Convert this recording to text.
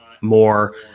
more